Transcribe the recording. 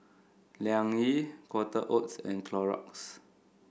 Liang Yi Quaker Oats and Clorox